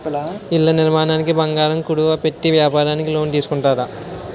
ఇళ్ల నిర్మాణానికి బంగారం కుదువ పెట్టి వ్యాపారానికి లోన్ తీసుకుంటారు